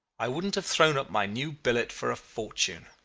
i wouldn't have thrown up my new billet for a fortune.